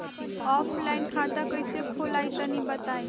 Offline खाता कइसे खुलेला तनि बताईं?